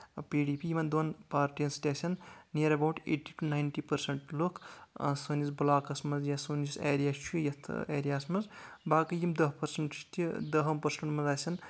P D P یِمن دۄن party ین سۭتۍ آسَن نیر about eighty to ninety percent لُکھ سٲنِس بُلاکس منٛز یا سون یُس ایریا چھُ یتھ ایریاہَس منٛز باقے یِم دہ پٔرسنٛٹ چھِ دہَن پٔرسنٛٹِن منٛز آسن